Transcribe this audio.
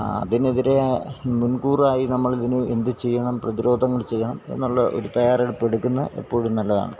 ആ അതിനെതിരെ മുൻകൂറായി നമ്മൾ ഇതിന് എന്ത് ചെയ്യണം പ്രതിരോധങ്ങൾ ചെയ്യണം എന്നുള്ള ഒരു തയ്യാറെടുപ്പ് എടുക്കുന്നത് എപ്പോഴും നല്ലതാണ്